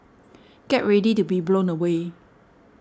get ready to be blown away